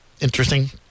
Interesting